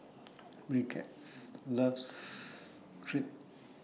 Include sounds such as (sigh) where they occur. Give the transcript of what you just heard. (noise) Brigitte loves Crepe